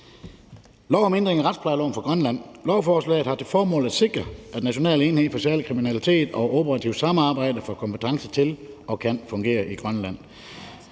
lov om ændring af lov om retsplejelov for Grønland. Loven har til formål at sikre, at National enhed for Særlig Kriminalitet i forhold til det operative samarbejde får kompetence til at fungere og kan fungere i Grønland.